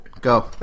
Go